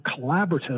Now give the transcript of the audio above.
collaborative